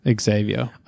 Xavier